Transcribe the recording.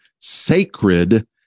sacred